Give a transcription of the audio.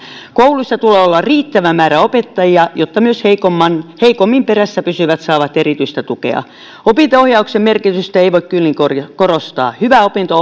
kouluissa tulee olla riittävä määrä opettajia jotta myös heikommin perässä pysyvät saavat erityistä tukea opinto ohjauksen merkitystä ei voi kyllin korostaa korostaa hyvä opinto